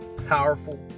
Powerful